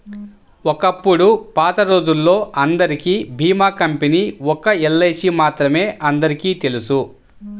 ఒకప్పుడు పాతరోజుల్లో అందరికీ భీమా కంపెనీ ఒక్క ఎల్ఐసీ మాత్రమే అందరికీ తెలుసు